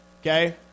okay